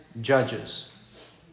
judges